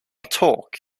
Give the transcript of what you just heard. talk